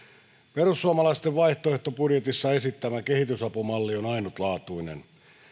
perussuomalaisten vaihtoehtobudjetissa esittämä kehitysapumalli on ainutlaatuinen